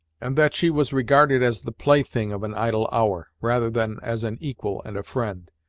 and that she was regarded as the play thing of an idle hour, rather than as an equal and a friend,